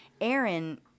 Aaron